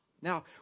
Now